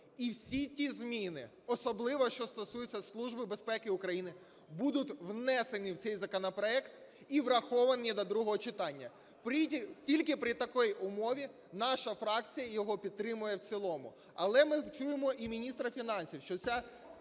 і всі ті зміни, особливо що стосується Служби безпеки України, будуть внесені в цей законопроект і враховані до другого читання. Тільки при такій умові наша фракція його підтримає в цілому. Але ми чуємо і міністра фінансів, що ця